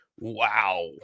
Wow